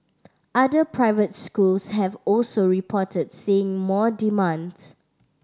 other private schools have also reported seeing more demands